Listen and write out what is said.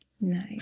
nice